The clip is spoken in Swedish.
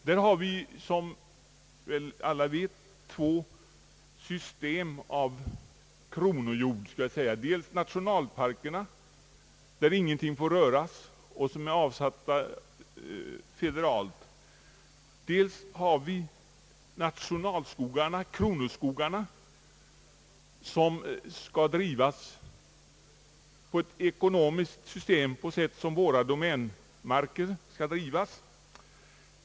Där förekommer, som väl alla vet, två system av kronojord, dels nationalparkerna där ingenting får röras och som är avsatta federalt, dels nationalskogarna, kronoskogarna, som skall drivas ekonomiskt på samma sätt som våra domänmarker.